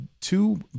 two